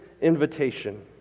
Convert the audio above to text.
invitation